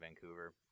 Vancouver